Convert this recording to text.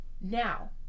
Now